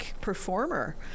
performer